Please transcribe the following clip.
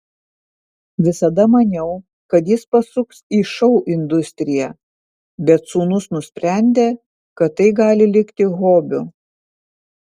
visada maniau kad jis pasuks į šou industriją bet sūnus nusprendė kad tai gali likti hobiu